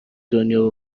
دنیا